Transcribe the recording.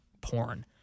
porn